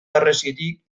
harresitik